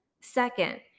Second